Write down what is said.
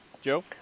Joe